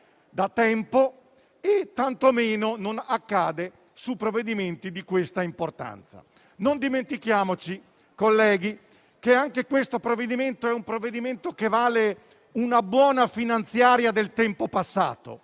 Non dimentichiamo, colleghi, che anche questo provvedimento vale una buona finanziaria del tempo passato,